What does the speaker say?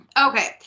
Okay